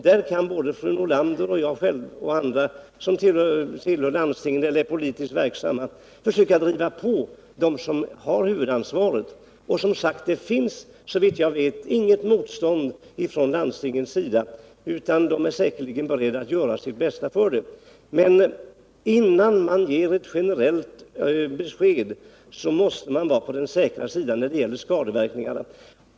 Där kan både fru Nordlander, jag själv och andra som tillhör landstingen och är politiskt verksamma försöka driva på dem som har huvudansvaret. Det finns, såvitt jag vet, inget motstånd från landstingens sida, utan de är säkerligen beredda att göra sitt bästa i det här fallet. Men innan man ger ett generellt besked måste man vara på den säkra sidan när det gäller skadeverkningarna.